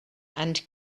and